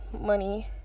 money